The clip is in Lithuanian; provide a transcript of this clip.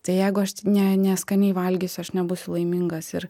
tai jeigu aš ne ne skaniai valgysiu aš nebūsiu laimingas ir